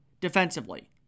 defensively